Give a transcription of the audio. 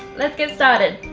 let's get started!